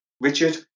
Richard